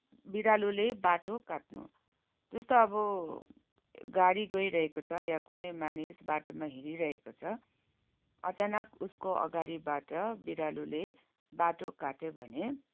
बिरालोले बाटो काट्नु जस्तो अब गाडी गइरहेको छ या कुनै मानिस बाटोमा हिँडि्रहेको छ अचानक उसको अगाडिबाट बिरालोले बाटो काट्यो भने